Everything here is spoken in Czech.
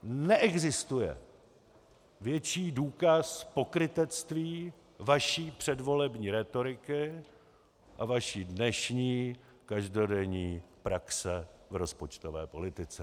Neexistuje větší důkaz pokrytectví vaší předvolební rétoriky a vaší dnešní každodenní praxe v rozpočtové politice.